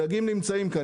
הדגים נמצאים כאן.